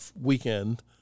weekend